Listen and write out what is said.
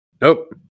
Nope